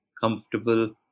comfortable